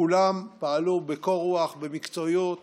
כולם פעלו בקור רוח ובמקצועיות